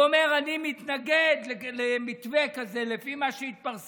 הוא אומר: אני מתנגד למתווה כזה לפי מה שהתפרסם.